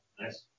nice